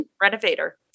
Renovator